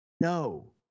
No